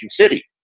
city